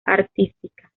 artística